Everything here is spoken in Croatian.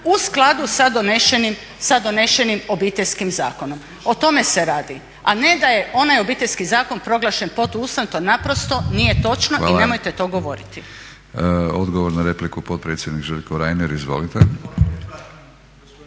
u skladu sa donesenim Obiteljskim zakonom, o tome se radi a ne da je onaj Obiteljski zakon proglašen protuustavnim. To naprosto nije točno i nemojte to govoriti. **Batinić, Milorad (HNS)** Hvala. Odgovor na repliku potpredsjednik Željko Reiner, izvolite